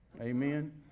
Amen